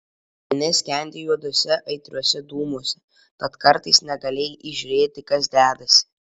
minia skendėjo juoduose aitriuose dūmuose tad kartais negalėjai įžiūrėti kas dedasi